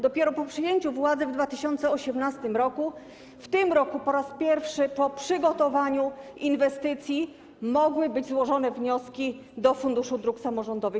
Dopiero po przejęciu władzy w 2018 r. w tym roku po raz pierwszy po przygotowaniu inwestycji mogły być złożone wnioski do Funduszu Dróg Samorządowych.